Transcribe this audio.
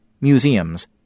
Museums